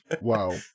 Wow